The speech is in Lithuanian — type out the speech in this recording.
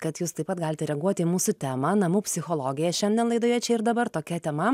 kad jūs taip pat galite reaguoti į mūsų temą namų psichologija šiandien laidoje čia ir dabar tokia tema